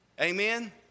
Amen